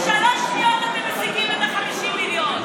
בשלוש שניות אתם משיגים את 50 המיליון וכולנו נצביע,